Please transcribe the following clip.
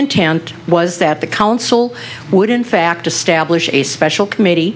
intent was that the council would in fact establish a special committee